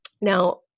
Now